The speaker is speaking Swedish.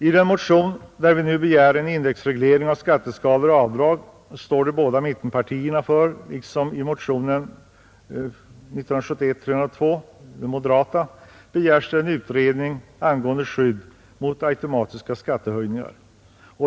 I motionen 309 begärs en indexreglering av skatteskalor och avdrag, och i motion nr 302 begärs en utredning angående skydd mot automatiska skattehöjningar.